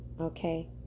okay